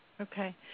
Okay